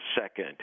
second